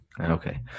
Okay